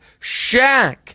Shaq